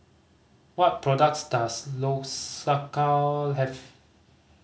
what products does Lsocal have